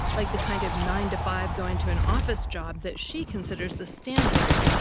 like the kind of nine to five go into an office job that she considers the standard,